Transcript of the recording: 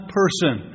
person